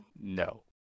No